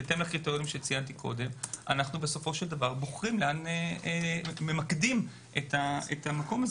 בהתאם לקריטריונים שציינתי קודם בסופו שלד בר בוחרים היכן למקד את זה,